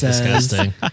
disgusting